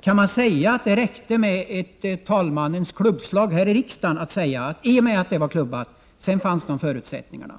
Kan man säga att det räcker med talmannens klubbslag här i riksdagen, att förutsättningarna finns i och med att talmannen klubbat beslutet?